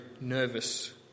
nervous